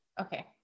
Okay